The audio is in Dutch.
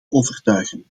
overtuigen